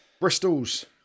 Bristol's